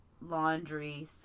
laundry